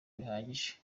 bihagije